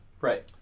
Right